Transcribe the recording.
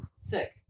sick